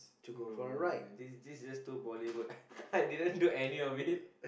no no no this is just too bollywood I didn't do any of it